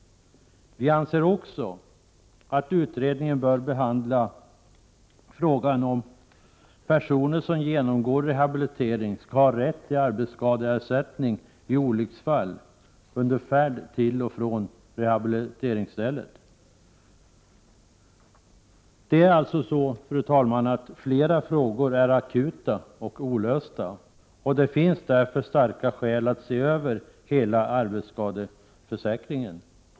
Vi anser också att utredningen bör behandla frågan om huruvida personer som genomgår rehabilitering skall ha rätt till arbetsskadeersättning vid olycksfall under färd till eller från rehabiliteringsstället. Flera frågor är alltså akuta och olösta. Det finns därför starka skäl att se över hela arbetsskadeförsäkringen.